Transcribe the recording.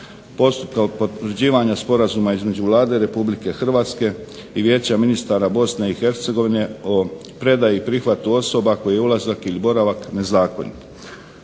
postupka o potvrđivanju Sporazuma između Vlade Republike Hrvatske i Vijeća ministara Bosne i Hercegovine o predaji i prihvatu osoba kojih je ulazak ili boravak nezakonit.